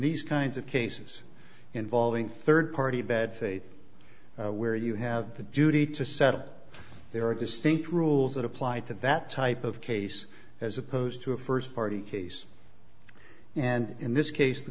these kinds of cases involving third party bad faith where you have the duty to set up there are distinct rules that apply to that type of case as opposed to a first party case and in this case the